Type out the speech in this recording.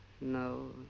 No